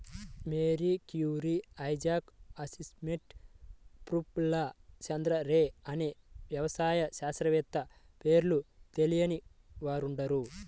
Mary Curie, Isaac Asimov, Prafulla Chandra Ray అనే వ్యవసాయ శాస్త్రవేత్తల పేర్లు తెలియని వారుండరు